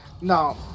no